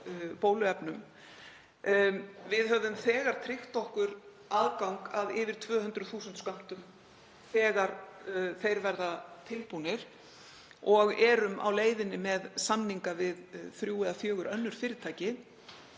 bóluefnum. Við höfum þegar tryggt okkur aðgang að yfir 200.000 skömmtum þegar þeir verða tilbúnir og erum á leiðinni með samninga við þrjú eða fjögur önnur fyrirtæki.